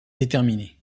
déterminés